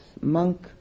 monk